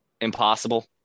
impossible